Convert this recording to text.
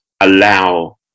allow